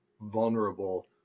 vulnerable